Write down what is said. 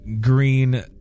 green